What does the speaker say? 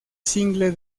single